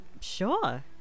sure